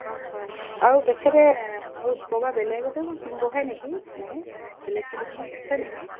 হয় হয় আৰু তেখেতে আৰু ক'ৰবা বেলেগতে